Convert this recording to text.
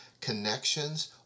connections